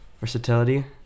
versatility